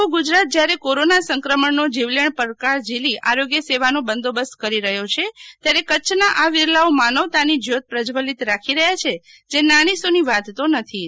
આખું ગુજરાત જ્યારે કોરોના સંક્રમણ નો જીવલેણ પડકાર ઝીલી આરોગ્ય સેવા નો બંદોબસ્ત કરી રહ્યો છે ત્યારે કચ્છ ના આ વિરલાઓ માનવતા ની જ્યોત પ્રજાવલલિત રાખી રહ્યા છે જે નાની સુણી વાત તો નથી જ